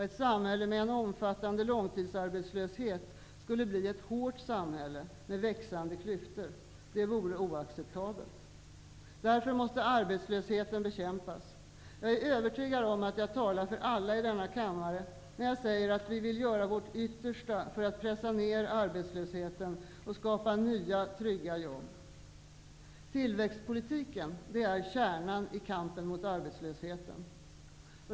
Ett samhälle med en omfattande långtidsarbetslöshet skulle bli ett hårt samhälle, med växande klyftor. Det vore oacceptabelt. Därför måste arbetslösheten bekämpas. Jag är övertygad om att jag talar för alla i denna kammare när jag säger att vi vill göra vårt yttersta för att pressa ner arbetslösheten och skapa nya, trygga jobb. Tillväxtpolitiken är kärnan i kampen mot arbetslösheten.